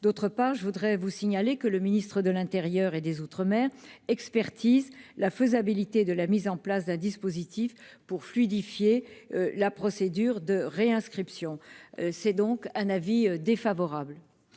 d'autre part, je voudrais vous signaler que le ministre de l'Intérieur et des Outre-mer expertise la faisabilité de la mise en place d'un dispositif pour fluidifier la procédure de réinscription, c'est donc un avis défavorable.